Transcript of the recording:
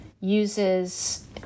uses